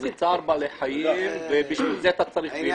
זה צער בעלי חיים ובשביל זה אתה צריך לינה.